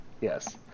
Yes